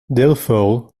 therefore